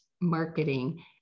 Marketing